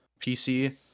PC